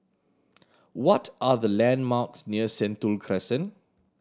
what are the landmarks near Sentul Crescent